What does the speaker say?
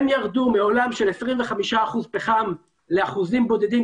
הם ירדו מעולם של 25% פחם לאחוזים בודדים,